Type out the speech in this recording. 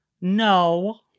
no